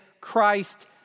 Christ